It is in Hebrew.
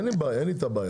אין איתה בעיה.